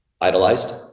idolized